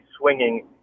swinging